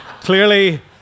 Clearly